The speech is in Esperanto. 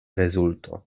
rezulto